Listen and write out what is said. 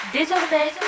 Désormais